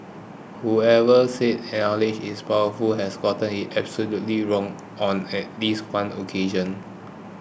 whoever said is powerful has gotten it absolutely wrong on at least one occasion